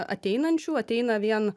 ateinančių ateina vien